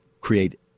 create